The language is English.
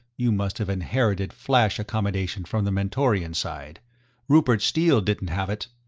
you must have inherited flash-accommodation from the mentorian side rupert steele didn't have it.